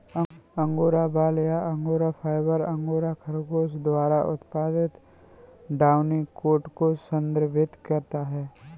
angora बाल या angora fibre, angora खरगोश द्वारा उत्पादित डाउनी कोट को संदर्भित करता है